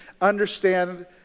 understand